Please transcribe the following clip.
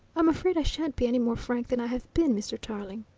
i'm afraid i shan't be any more frank than i have been, mr. tarling,